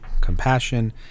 compassion